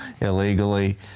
illegally